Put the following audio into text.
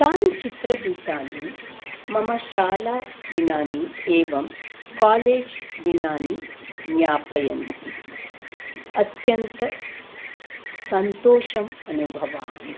तानि चित्रगीतानि मम शाला दिनानि एवं कालेज् दिनानि ज्ञापयन्ति अत्यन्तं सन्तोषम् अनुभवामि